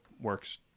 works